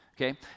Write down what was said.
okay